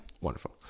Wonderful